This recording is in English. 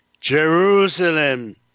Jerusalem